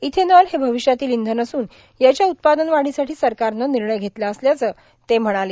ethanol हे भविष्यातील इंधन असून याच्या उत्पादन वाढीसाठी सरकारनं निर्णय घेतला असल्याचं ते म्हणाले